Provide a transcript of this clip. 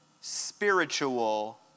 spiritual